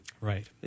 Right